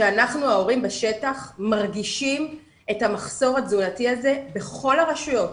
שאנחנו ההורים בשטח מרגישים את המחסור התזונתי הזה בכל הרשויות,